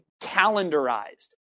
calendarized